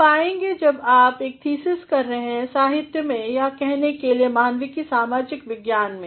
आप पाएंगे जब आप एक थीसिस कर रहे हैं साहित्य में या कहने के लिए मानविकी सामजिक विज्ञान में